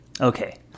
Okay